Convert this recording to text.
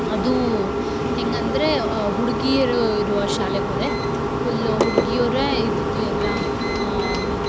ಅದು ಹೇಗಂದ್ರೆ ಹುಡ್ಗೀರು ಇರುವ ಶಾಲೆಗೆ ಹೋದೆ ಫುಲ್ಲು ಹುಡ್ಗಿಯರೇ ಇದ್ದಿದ್ದು ಎಲ್ಲ